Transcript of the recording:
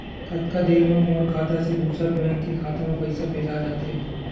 कतका देर मा मोर खाता से दूसरा बैंक के खाता मा पईसा भेजा जाथे?